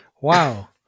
wow